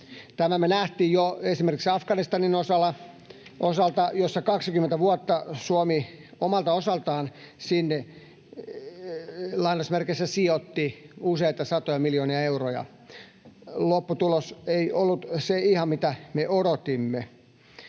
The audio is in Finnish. Tämä me nähtiin esimerkiksi jo Afganistanin osalta. 20 vuotta Suomi omalta osaltaan sinne, lainausmerkeissä, sijoitti useita satoja miljoonia euroja. Lopputulos ei ollut ihan se, mitä me odotimme.